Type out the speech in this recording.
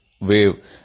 wave